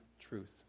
truth